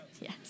Yes